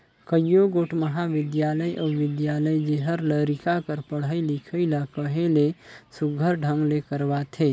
कइयो गोट महाबिद्यालय अउ बिद्यालय जेहर लरिका कर पढ़ई लिखई ल कहे ले सुग्घर ढंग ले करवाथे